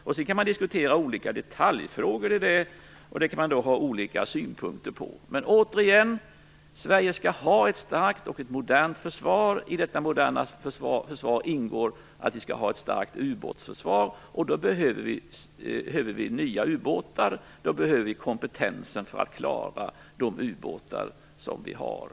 Man kan diskutera olika detaljfrågor i det, och man kan ha olika synpunkter på det. Men återigen vill jag säga att Sverige skall ha ett starkt och modernt försvar. I detta moderna försvar ingår att vi skall ha ett starkt ubåtsförsvar, och då behöver vi nya ubåtar och kompetens för att klara de ubåtar som vi har.